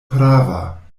prava